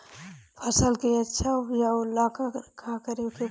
फसल के अच्छा उपजाव ला का करे के परी?